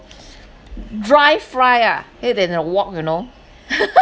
dry fry ah it in the wok you know